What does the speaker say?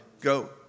Go